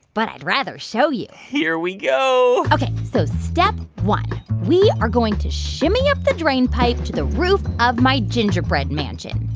but i'd rather show you here we go ok. so step one we are going to shimmy up the drain pipe to the roof of my gingerbread mansion.